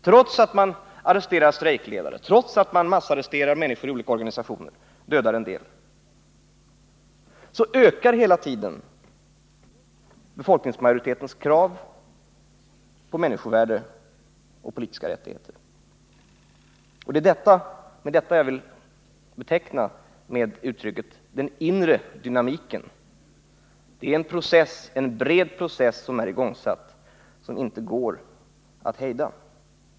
Trots att man arresterar strejkledare, trots att man massarresterar människor i olika organisationer och dödar en del, så ökar hela tiden befolkningsmajoritetens krav på människovärde och politiska rättigheter. Och det är detta jag vill beteckna med uttrycket den inre dynamiken. Det är en bred process som är igångsatt och som inte går att hejda.